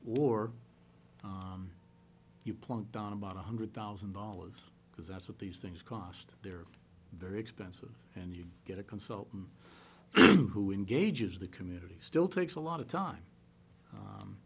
or you plunk down about one hundred thousand dollars because that's what these things cost they're very expensive and you get a consultant who engages the community still takes a lot of time